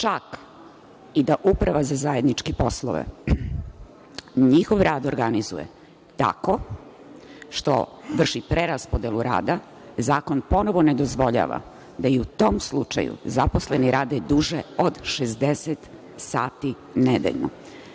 Čak i da Uprava za zajedničke poslove njihov rad organizuje tako što vrši preraspodelu rada, zakon ponovo ne dozvoljava da i u tom slučaju zaposleni rade duže od 60 sati nedeljno.